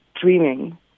dreaming